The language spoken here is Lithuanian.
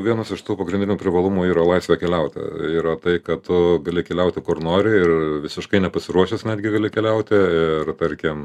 vienas iš tų pagrindinių privalumų yra laisvė keliauti yra tai kad tu gali keliauti kur nori ir visiškai nepasiruošęs netgi gali keliauti ir tarkim